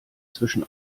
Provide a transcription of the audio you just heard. zwischen